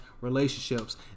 relationships